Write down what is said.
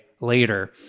later